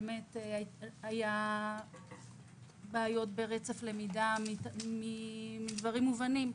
עם בעיות ברצף למידה, דברים מובנים.